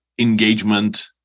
engagement